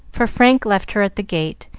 for frank left her at the gate,